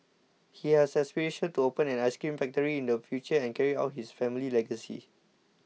he has aspirations to open an ice cream factory in the future and carry on his family legacy